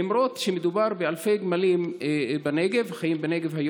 למרות שמדובר באלפי גמלים החיים בנגב.